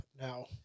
now